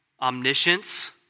omniscience